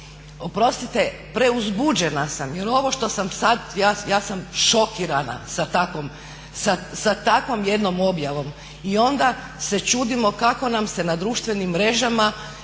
Oprostite, preuzbuđena sam jer ovo što sam sad, ja sam šokirana sa takvom jednom objavom. I onda se čudimo kako nam se na društvenim mrežama